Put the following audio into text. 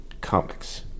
comics